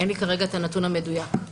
אין לי כרגע את הנתון המדויק.